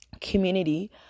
community